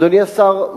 אדוני השר,